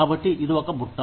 కాబట్టి ఇది ఒక బుట్ట